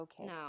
okay